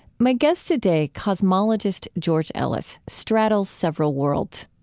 my guest today, cosmologist george ellis, straddles several worlds.